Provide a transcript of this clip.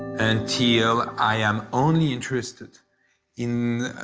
until i am only interested in,